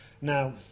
Now